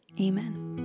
Amen